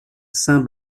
saint